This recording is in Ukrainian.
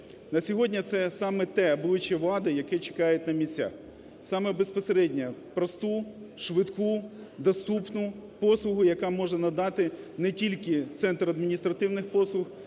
На сьогодні це саме те обличчя влади, яке чекають на місцях, саме безпосередньо просту, швидку, доступну послугу, яка може надати не тільки центр адміністративних послуг,